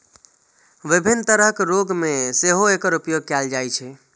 विभिन्न तरहक रोग मे सेहो एकर उपयोग कैल जाइ छै